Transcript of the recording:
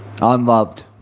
unloved